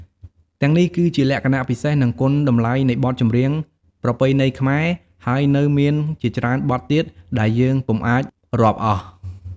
ទាំងនេះគឺជាលក្ខណៈពិសេស និងគុណតម្លៃនៃបទចម្រៀងប្រពៃណីខ្មែរ ហើយនៅមានជាច្រើនបទទៀតដែលយើងពុំអាចរាប់អស់។